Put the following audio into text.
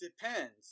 depends